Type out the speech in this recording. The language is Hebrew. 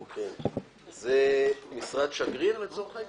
זו משרת שגריר, לצורך העניין?